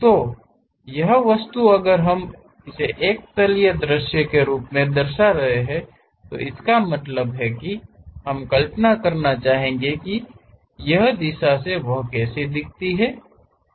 तो यह वस्तु अगर हम इसे एक तलीय दृश्य के रूप में दर्शा रहे है तो इसका मतलब है हम कल्पना करना चाहेंगे की यह दिशा से वह कैसी दिखती है